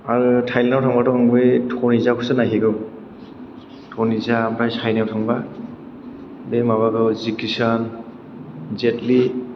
आरो थायलेण्डआव थांबाथ' आं बे त'निजा खौसो नायहैगौ त'निजा ओमफ्राय चायनायाव थांबा बे माबाखौ जेखि सान जेटलि